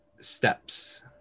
steps